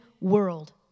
world